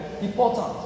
important